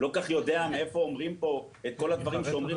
אני לא יודע מאיפה אומרים את כל הדברים שנאמרו,